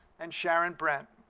and sharon brent.